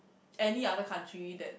any other country that